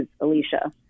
alicia